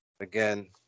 again